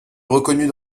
reconnut